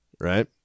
right